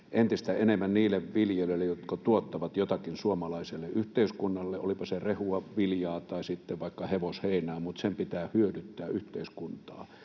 entistä enemmän niille viljelijöille, jotka tuottavat jotakin suomalaiselle yhteiskunnalle — olipa se rehua, viljaa tai sitten vaikka hevosheinää, mutta sen pitää hyödyttää yhteiskuntaa.